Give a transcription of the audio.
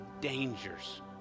dangers